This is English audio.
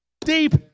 deep